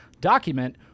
document